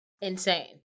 insane